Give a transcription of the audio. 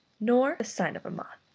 nor the sign of a moth.